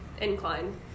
incline